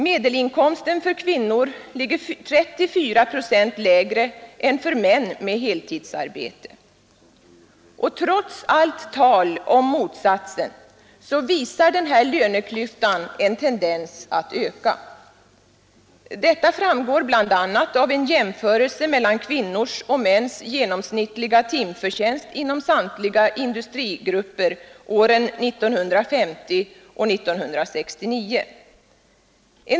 Medelinkomsten för heltidsarbetande ligger 34 procent lägre för kvinnor än för män. Trots allt tal om motsatsen visar denna löneklyfta en tendens att öka. Detta framgår bl.a. av en jämförelse mellan kvinnors och mäns genomsnittliga timförtjänst inom samtliga industrigrupper åren 1950 och 1969.